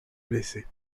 blessés